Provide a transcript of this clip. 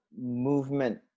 movement